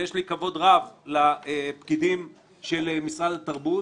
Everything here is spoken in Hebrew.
ויש לי כבוד רב לפקידים של משרד התרבות,